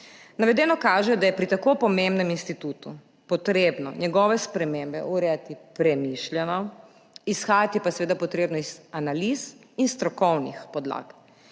Navedeno kaže, da je pri tako pomembnem institutu potrebno njegove spremembe urejati premišljeno, izhajati pa je seveda potrebno iz analiz in strokovnih podlag.